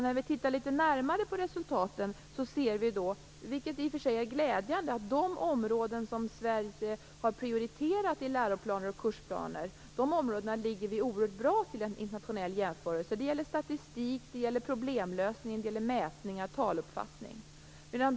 När vi tittar litet närmare på resultaten ser vi, vilket i och för sig är glädjande, att vi på de områden som Sverige har prioriterat i läroplaner och kursplaner ligger oerhört bra till i en internationell jämförelse. Det gäller statistik, problemlösning, mätningar och taluppfattning.